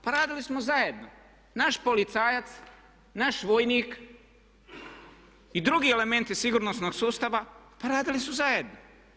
Pa radili smo zajedno naš policajac, naš vojnik i drugi elementi sigurnosnog sustava pa radili su zajedno.